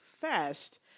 fast